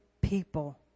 people